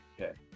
Okay